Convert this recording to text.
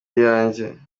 iyanjye